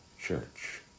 church